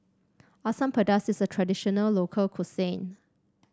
Asam Pedas is a traditional local cuisine